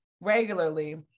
regularly